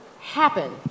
happen